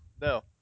No